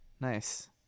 nice